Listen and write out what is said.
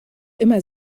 immer